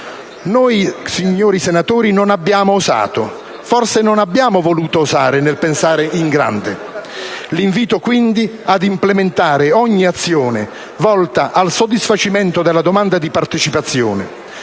Signori senatori, non abbiamo osato, forse non abbiamo voluto osare, nel pensare in grande. L'invito quindi è ad implementare ogni azione volta al soddisfacimento della domanda di partecipazione: